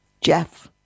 Jeff